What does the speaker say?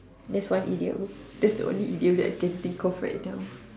that's one idiom that's the only idiom that I can think of right now